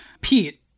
Pete